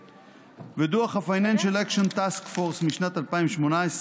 ודוח ה-Financial Action Task Force משנת 2018,